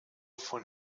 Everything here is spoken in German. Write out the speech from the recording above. von